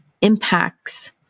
impacts